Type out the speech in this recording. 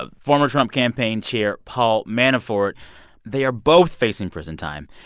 ah former trump campaign chair paul manafort they are both facing prison time.